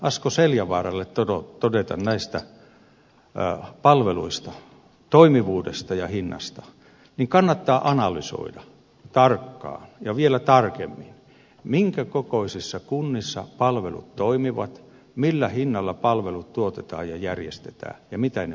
asko seljavaaralle todeta näistä palveluista toimivuudesta ja hinnasta että kannattaa analysoida tarkkaan ja vielä tarkemmin minkä kokoisissa kunnissa palvelut toimivat millä hinnalla palvelut tuotetaan ja järjestetään ja miten ne saavutetaan